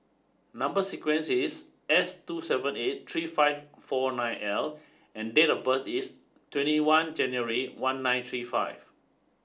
number sequence is S two seven eight three five four nine L and date of birth is twenty one January one nine three five